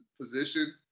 position